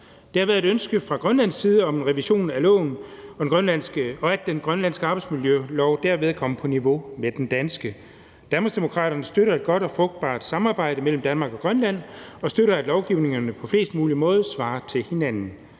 Der har været et ønske fra Grønlands side om en revision af loven, så den grønlandske arbejdsmiljølov derved kom på niveau med den danske. Danmarksdemokraterne støtter et godt og frugtbart samarbejde mellem Danmark og Grønland og støtter, at lovgivningerne på flest mulige måder svarer til hinanden.